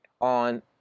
on